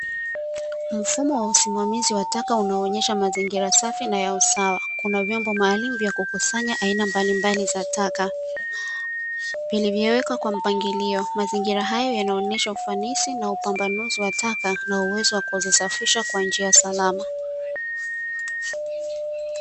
Mfumo wa usimamizi wa taka unaonyesha mazingira safi na yausawa ,kuna vyombo maalum vyakukusanyia aina mbalimbali za taka vilivyowekwa kwa mpangilio, mazingira hayo yanaonyesha ufanisi na upambanuzi wa taka na uwezo wa kuzisafisha kwa njia salama.